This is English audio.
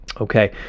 Okay